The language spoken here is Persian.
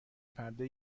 پرده